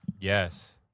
Yes